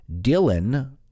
Dylan